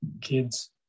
kids